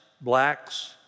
blacks